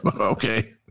Okay